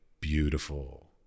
beautiful